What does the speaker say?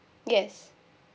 yes